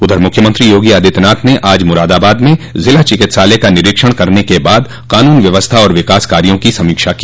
उधर मुख्यमंत्री योगी आदित्यनाथ ने आज मुरादाबाद में जिला चिकित्सालय का निरीक्षण करने के बाद कानून व्यवस्था और विकास कार्यो की समीक्षा की